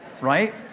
right